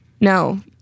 No